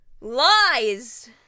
Lies